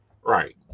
Right